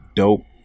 dope